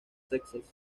sexos